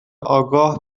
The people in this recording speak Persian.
آگاه